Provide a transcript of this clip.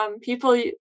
People